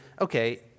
okay